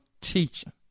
teaching